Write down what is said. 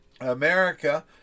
America